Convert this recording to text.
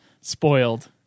spoiled